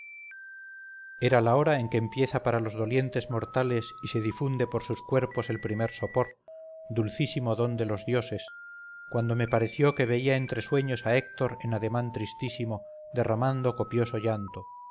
era la hora en que empieza para los dolientes mortales y se difunde por sus cuerpos el primer sopor dulcísimo don de los dioses cuando me pareció que veía entre sueños a héctor en ademán tristísimo derramando copioso llanto